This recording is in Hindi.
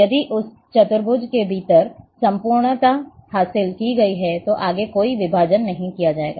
यदि उस चतुर्भुज के भीतर समरूपता हासिल की गई है तो आगे कोई विभाजन नहीं किया जाएगा